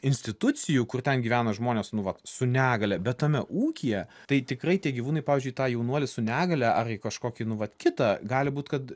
institucijų kur ten gyvena žmonės nu vat su negalia bet tame ūkyje tai tikrai tie gyvūnai pavyzdžiui tą jaunuolį su negalia ar kažkokį nu vat kitą gali būti kad